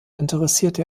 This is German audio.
interessierte